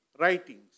Writings